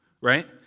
right